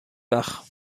وقت